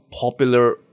popular